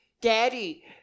Daddy